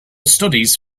studies